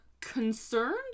concerned